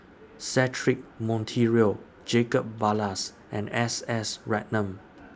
Cedric Monteiro Jacob Ballas and S S Ratnam